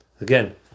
Again